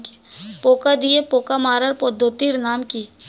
পোকা দিয়ে পোকা মারার পদ্ধতির নাম কি?